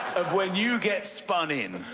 of when you get spun in